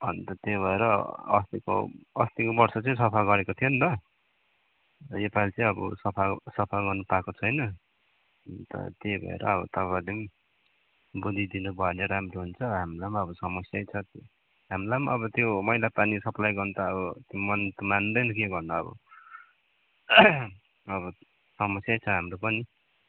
अन्त त्यो भएर अस्तिको अस्तिको वर्ष चाहिँ सफा गरेको थियो नि त योपालि चाहिँ अब सफा गर्न पाएको छैन अन्त त्यो भएर तपाईँहरूले पनि बुझिदिनु भयो भने राम्रो हुन्छ हामीलाई पनि अब समस्यै छ हामीलाई पनि अब त्यो मैला पानी सप्लाई गर्न त अब मन त मान्दैन के गर्नु अब अब समस्यै छ हाम्रो पनि